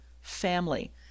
family